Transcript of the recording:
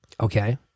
Okay